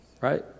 Right